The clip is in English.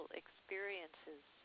experiences